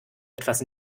etwas